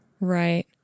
Right